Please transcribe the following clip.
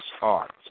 art